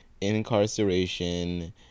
incarceration